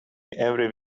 every